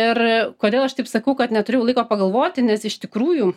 ir kodėl aš taip sakau kad neturėjau laiko pagalvoti nes iš tikrųjų